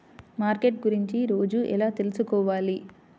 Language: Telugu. మార్కెట్ గురించి రోజు ఎలా తెలుసుకోవాలి?